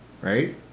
right